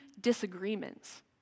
disagreements